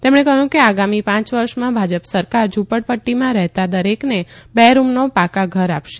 તેમણે કહ્યું કે આગામી પાંચ વર્ષમાં ભાજપ સરકાર ઝુંપડપટ્ટીમાં રહેતા દરેકને બે રૂમનો પાકા ઘર આપશે